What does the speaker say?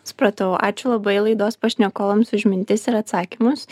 supratau ačiū labai laidos pašnekovams už mintis ir atsakymus